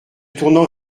tournant